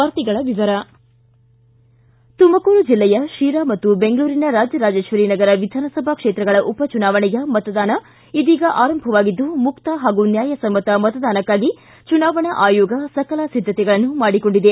ವಾರ್ತೆಗಳ ವಿವರ ತುಮಕೂರು ಜಿಲ್ಲೆಯ ಶಿರಾ ಮತ್ತು ಬೆಂಗಳೂರಿನ ರಾಜರಾಜೇಶ್ವರಿ ನಗರ ವಿಧಾನಸಭಾ ಕ್ಷೇತ್ರಗಳ ಉಪಚುನಾವಣೆಯ ಮತದಾನ ಇದೀಗ ಆರಂಭವಾಗಿದ್ದು ಮುಕ್ತ ಹಾಗೂ ನ್ಯಾಯಸಮ್ನತ ಮತದಾನಕ್ಕಾಗಿ ಚುನಾವಣಾ ಆಯೋಗ ಸಕಲ ಸಿದ್ದತೆಗಳನ್ನು ಮಾಡಿಕೊಂಡಿದೆ